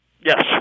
Yes